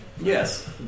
Yes